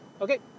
Okay